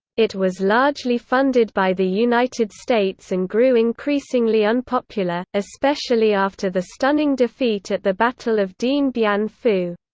it was largely funded by the united states and grew increasingly unpopular, especially after the stunning defeat at the battle of dien bien and phu.